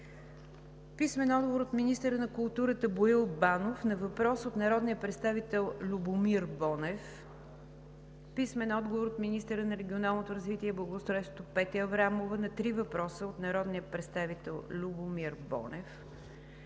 Любомир Бонев; - министъра на културата Боил Банов на въпрос от народния представител Любомир Бонев; - министъра на регионалното развитие и благоустройството Петя Аврамова на три въпроса от народния представител Любомир Бонев;